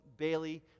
Bailey